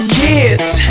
kids